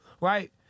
right